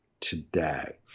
Today